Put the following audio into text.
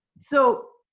so,